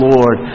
Lord